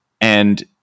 And-